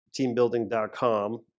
teambuilding.com